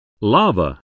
Lava